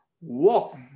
Walk